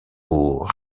aux